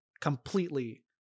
completely